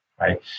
Right